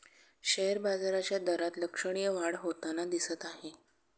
share बाजाराच्या दरात लक्षणीय वाढ होताना दिसत आहे